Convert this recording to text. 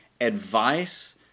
advice